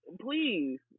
please